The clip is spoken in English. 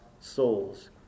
souls